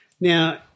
Now